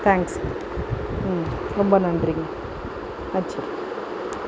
தேங்க்ஸ்ங்க ரொம்ப நன்றிங்க வச்சுட்றன்